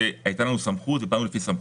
שהייתה לנו סמכות ופעלנו לפי סמכות.